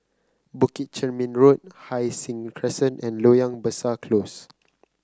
Bukit Chermin Road Hai Sing Crescent and Loyang Besar Close